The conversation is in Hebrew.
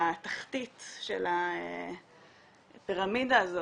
בתחתית של הפירמידה הזאת,